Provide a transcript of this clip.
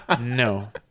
No